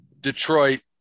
Detroit